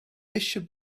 eisiau